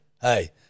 hey